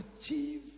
achieve